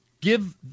Give